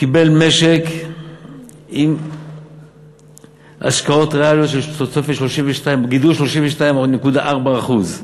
קיבל משק עם השקעות ריאליות של תוספת 32.4% גידול.